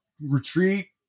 retreat